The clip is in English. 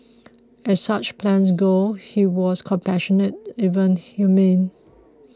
as such plans go he was compassionate even humane